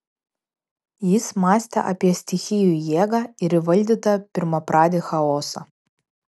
jis mąstė apie stichijų jėgą ir įvaldytą pirmapradį chaosą